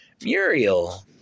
Muriel